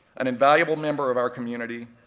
an invaluable member of our community,